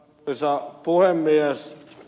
arvoisa puhemies